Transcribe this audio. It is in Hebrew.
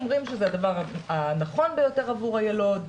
אומרים שזה הדבר הנכון ביותר עבור הילוד,